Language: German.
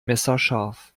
messerscharf